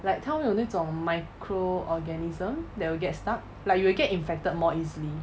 like 它会有那种 micro organism that will get stuck like you will get infected more easily